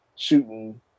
shooting